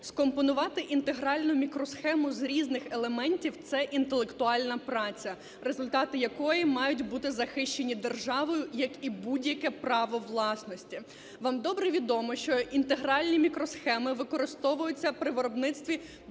Скомпонувати інтегральну мікросхему з різних елементів – це інтелектуальна праця, результати якої мають бути захищені державою, як і будь-яке право власності. Вам добре відомо, що інтегральні мікросхеми використовуються при виробництві